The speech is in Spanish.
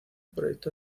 proyecto